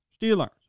Steelers